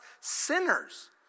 sinners